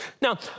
Now